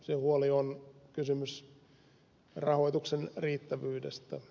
se huoli on kysymys rahoituksen riittävyydestä